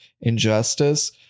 injustice